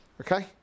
Okay